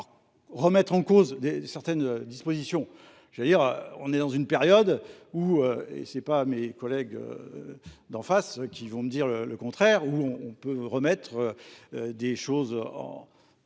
Remettre en cause certaines dispositions. On est dans une période, et ce n'est pas mes collègues d'en face qui vont me dire le contraire, où on peut remettre des choses en